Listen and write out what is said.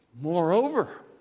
Moreover